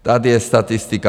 Tady je statistika.